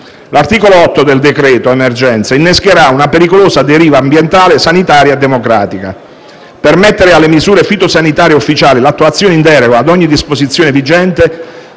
L'articolo 8 del decreto emergenze innescherà una pericolosa deriva ambientale, sanitaria e democratica. Permettere alle misure fitosanitarie ufficiali l'attuazione in deroga a ogni disposizione vigente